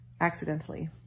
accidentally